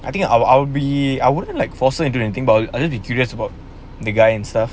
I think I will I'll be I wouldn't like forcing into anything about it I think she's curious about the guy and stuff